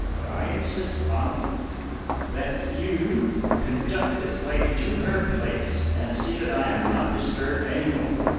but i insist upon it that you conduct this lady to her place and see that i am not disturbed any more.